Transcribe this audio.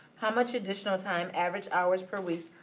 how much additional time, average hours per week,